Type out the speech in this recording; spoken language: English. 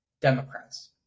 Democrats